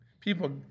People